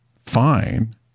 fine